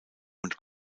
und